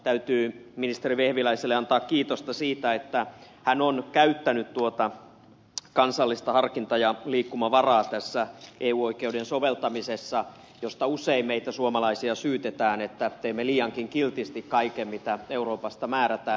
täytyy ministeri vehviläiselle antaa kiitosta siitä että hän on käyttänyt tuota kansallista harkinta ja liikkumavaraa tässä eu oikeuden soveltamisessa kun usein meitä suomalaisia syytetään siitä että teemme liiankin kiltisti kaiken mitä euroopasta määrätään